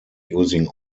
using